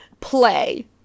play